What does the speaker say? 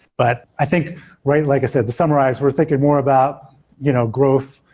but i think right, like i said to summarize, we're thinking more about you know growth,